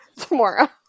tomorrow